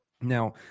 now